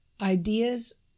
ideas